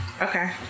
Okay